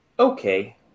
Okay